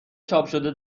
چاپشده